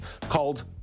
called